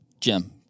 Jim